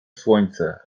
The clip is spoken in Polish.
słońce